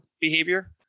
behavior